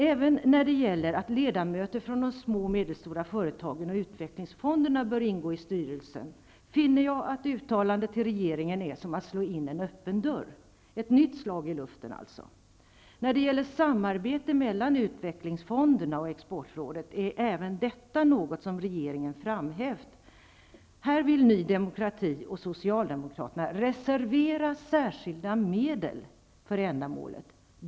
Även när det gäller den andra frågan, att ledamöter från de små och medelstora företagen och utvecklingsfonderna bör ingå i styrelsen, finner jag att uttalandet till regeringen är som att slå in en öppen dörr -- alltså ett nytt slag i luften. Regeringen har även framhävt vikten av samarbete mellan utvecklingsfonderna och exportrådet. Här vill Ny demokrati och Socialdemokraterna reservera särskilda medel för ändamålet.